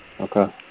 Okay